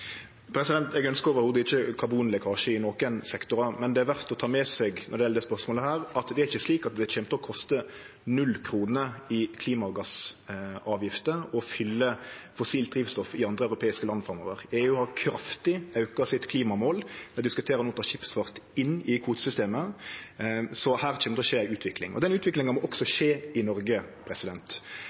ønsker? Eg ønskjer ikkje karbonlekkasje i nokon sektorar, men det er verdt å ta med seg, når det gjeld dette spørsmålet, at det ikkje er slik at det kjem til å koste 0 kr i klimagassavgifter å fylle fossilt drivstoff i andre europeiske land framover. EU har auka klimamålet sitt kraftig. Dei diskuterer no å ta skipsfart inn i kvotesystemet. Så her kjem det til å skje ei utvikling, og den utviklinga må også skje i Noreg.